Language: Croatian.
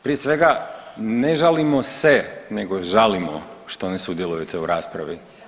Prije svega ne žalimo se nego žalimo što ne sudjelujete u raspravi.